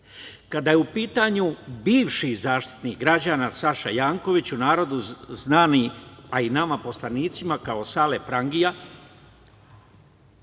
je u pitanju bivši zaštitnik građana Saša Janković, u narodu znani, a i nama poslanicima, kao "Sale prangija",